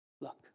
Look